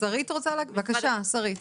בבקשה, שרית.